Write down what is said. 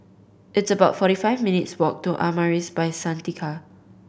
it's about forty five minutes' walk to Amaris By Santika